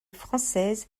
française